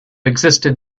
existed